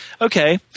Okay